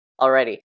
Alrighty